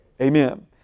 Amen